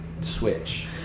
switch